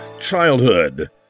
childhood